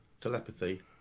telepathy